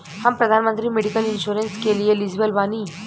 हम प्रधानमंत्री medical insurance के लिए एलिजिबल बानी?